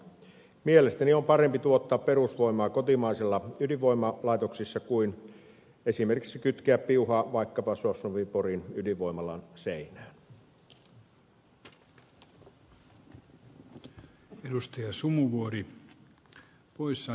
mielestäni on parempi tuottaa perusvoimaa kotimaisissa ydinvoimalaitoksissa kuin esimerkiksi kytkeä piuha vaikkapa sosnovyi borin ydinvoimalan seinään